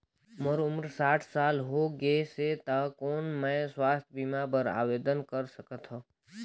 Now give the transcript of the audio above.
मोर उम्र साठ साल हो गे से त कौन मैं स्वास्थ बीमा बर आवेदन कर सकथव?